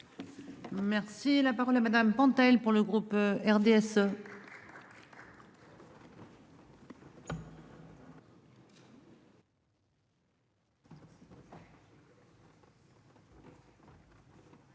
Merci la parole Madame Pentel pour le groupe RDSE.